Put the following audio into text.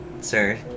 sir